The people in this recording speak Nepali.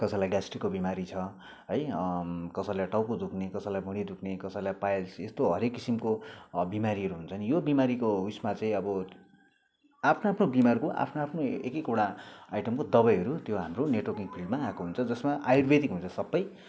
कसैलाई ग्यास्ट्रिकको बिमारी छ है कसैलाई टाउको दुख्ने कसैलाई भुँडी दुख्ने कसैलाई पाइल्स यस्तो हरेक किसिमको अ बिमारीहरू हुन्छ नि यो बिमारीको उयेसमा चाहिँ अब आफ्नो आफ्नो बिमारको आफ्नो आफ्नो एक एकवटा आइटमको दबाईहरू त्यो हाम्रो नेटवर्किङ फिल्डमा आएको हुन्छ जसमा आयुर्वेदिक हुन्च सबै